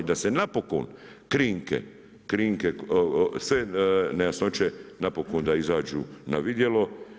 I da se napokon, krinke, krinke, sve nejasnoće, napokon da izađu na vidjelo.